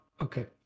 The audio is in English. Okay